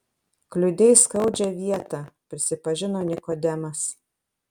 kliudei skaudžią vietą prisipažino nikodemas